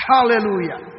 Hallelujah